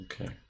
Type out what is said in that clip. okay